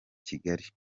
kigali